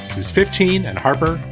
who's fifteen, and harper,